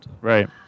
Right